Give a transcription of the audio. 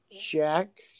Jack